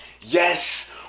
Yes